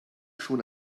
schon